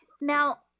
Now